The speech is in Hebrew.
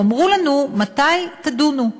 תאמרו לנו מתי תדונו.